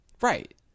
Right